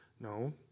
No